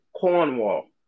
Cornwall